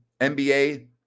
NBA